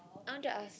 I want to ask